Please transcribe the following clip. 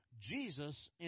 Jesus